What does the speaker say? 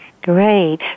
Great